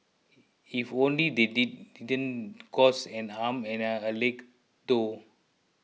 if only they didn't cost and arm and a leg though